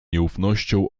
nieufnością